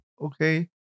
okay